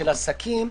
של עסקים,